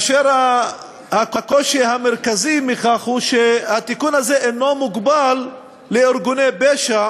והקושי המרכזי בכך הוא שהתיקון הזה אינו מוגבל לארגוני פשע